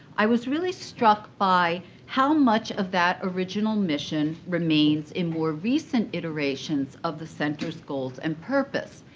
i was really struck by how much of that original mission remains in more recent iterations of the center's goals and purpose.